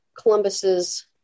Columbus's